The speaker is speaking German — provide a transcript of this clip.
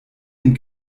den